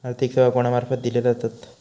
आर्थिक सेवा कोणा मार्फत दिले जातत?